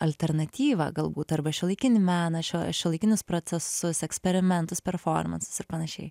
alternatyvą galbūt arba šiuolaikinį meną šiuolaikinius procesus eksperimentus performansus ir panašiai